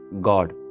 God